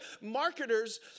marketers